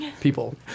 people